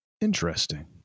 Interesting